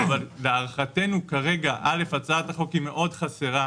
אבל להערכתנו כרגע, א', הצעת החוק היא מאוד חסרה,